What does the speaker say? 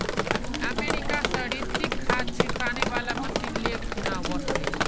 America स रितिक खाद छिड़कने वाला मशीन ले खूना व ले